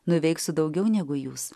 nuveiksiu daugiau negu jūs